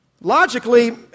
Logically